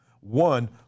one